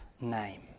name